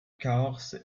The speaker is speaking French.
cahors